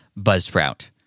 buzzsprout